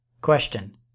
Question